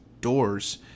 doors